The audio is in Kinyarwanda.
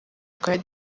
twari